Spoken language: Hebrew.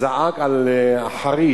וזעק על חריש.